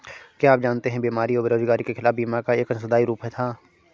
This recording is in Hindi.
क्या आप जानते है बीमारी और बेरोजगारी के खिलाफ बीमा का एक अंशदायी रूप था?